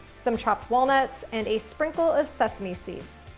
some chopped walnuts, and a sprinkle of sesame seeds.